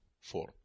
four